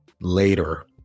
later